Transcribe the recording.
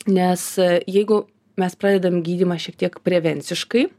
nes jeigu mes pradedam gydymą šiek tiek prevenciškai